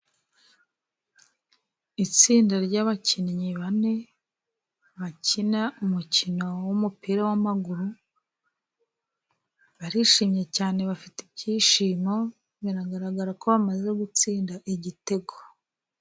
Itsinda ry'abakinnyi bane bakina umukino w'umupira w'amaguru, barishimye cyane bafite ibyishimo bigaragara ko bamaze gutsinda igitego.